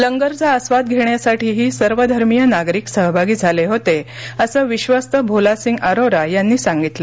लंगरचा आस्वाद घेण्यासाठीही सर्वधर्मीय नागरिक सहभागी झाले होते असं विश्वस्त भोलासिंग अरोरा यांनी सांगितलं